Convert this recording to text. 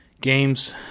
games